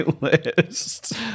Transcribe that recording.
list